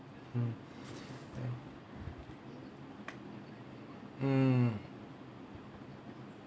mm mm